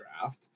draft